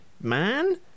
man